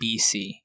BC